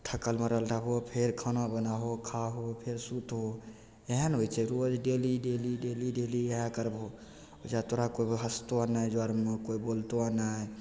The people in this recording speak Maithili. थकल मरल रहबहो फेर खाना बनाहो खाहो फेर सुतहो एहेन होइ छै रोज डेली डेली डेली डेली इएहे करबहो ओइजाँ तोरा कोइ हँसतौ नहि जरमे कोइ बोलतौ नहि